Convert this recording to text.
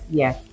yes